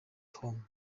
home